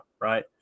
right